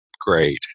great